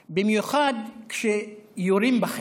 במיוחד כשיורים בכם.